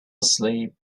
asleep